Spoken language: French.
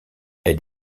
elle